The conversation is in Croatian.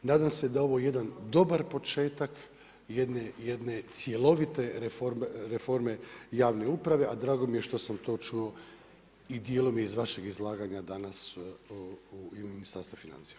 Nadam se da je ovo jedan dobar početak jedne cjelovite reforme javne uprave, a drago mi je što sam to čuo i dijelom iz vašeg izlaganja danas i Ministarstva financija.